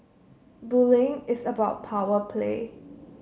bullying is about power play